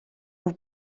nhw